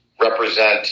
represent